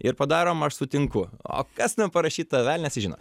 ir padarom aš sutinku o kas ten parašyta velnias žino